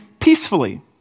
peacefully